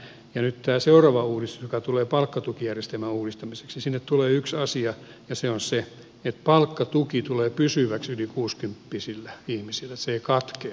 nyt tähän seuraavaan uudistukseen joka tulee palkkatukijärjestelmän uudistamiseksi tulee yksi asia ja se on se että palkkatuki tulee pysyväksi yli kuusikymppisille ihmisille että se ei katkea